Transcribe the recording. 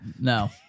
No